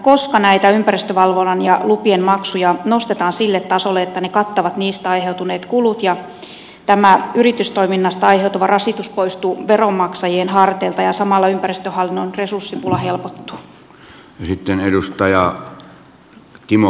koska näitä ympäristövalvonnan ja lupien maksuja nostetaan sille tasolle että ne kattavat niistä aiheutuneet kulut ja tämä yritystoiminnasta aiheutuva rasitus poistuu veronmaksajien harteilta ja samalla ympäristöhallinnon resurssipula helpottuu